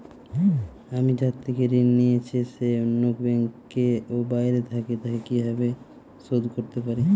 আমি যার থেকে ঋণ নিয়েছে সে অন্য ব্যাংকে ও বাইরে থাকে, তাকে কীভাবে শোধ করতে পারি?